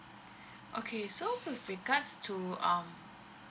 okay so with regards to um